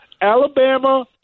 Alabama